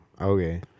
okay